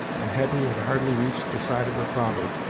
and hetty had hardly reached the side of her father,